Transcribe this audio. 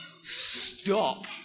stop